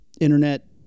internet